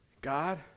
God